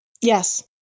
Yes